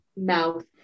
mouth